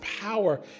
power